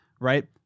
right